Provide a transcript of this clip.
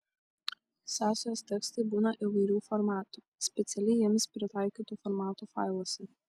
sąsajos tekstai būna įvairių formatų specialiai jiems pritaikytų formatų failuose